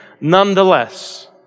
nonetheless